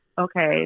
okay